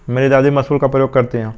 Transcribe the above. मेरी दादी मूसल का प्रयोग करती हैं